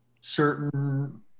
certain